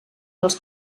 els